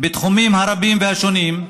בתחומים הרבים והשונים,